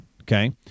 Okay